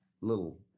little